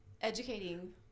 educating